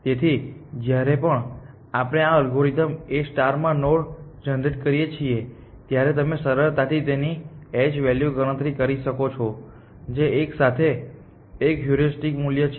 તેથી જ્યારે પણ આપણે આ અલ્ગોરિધમ A માં નોડ જનરેટ કરીએ છીએ ત્યારે તમે સરળતાથી તેની H વેલ્યુની ગણતરી કરી શકો છો જે એક સાથે એક હ્યુરિસ્ટિક મૂલ્ય છે